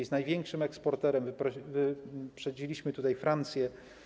Jest największym eksporterem, wyprzedziliśmy tutaj Francję.